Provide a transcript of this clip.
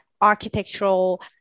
architectural